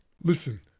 Listen